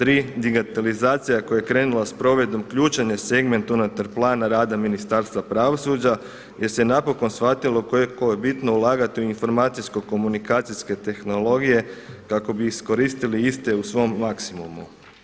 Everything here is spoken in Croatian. Tri, digitalizacija koja je krenula s provedbom ključan je segment unutar plana rada Ministarstva pravosuđa jer se napokon shvatilo koliko je bitno ulagati u informacijsko-komunikacijske tehnologije kako bi iskoristili iste u svom maksimumu.